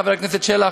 חבר הכנסת שלח,